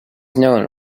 known